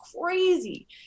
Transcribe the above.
crazy